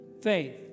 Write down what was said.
Faith